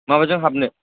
माबाजों हाबनो